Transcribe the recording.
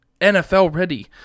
NFL-ready